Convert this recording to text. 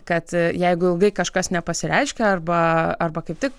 kad jeigu ilgai kažkas nepasireiškia arba arba kaip tik